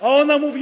A ona mówi.